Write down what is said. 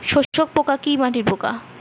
শোষক পোকা কি মাটির পোকা?